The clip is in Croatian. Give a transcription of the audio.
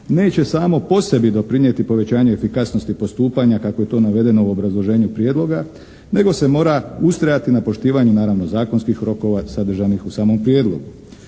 neće samo po sebi doprinijeti povećanje efikasnosti postupanja kako je to navedeno u obrazloženju prijedloga nego se mora ustrajati na poštivanju naravno zakonskih rokova sadržanih u samom prijedlogu.